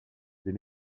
des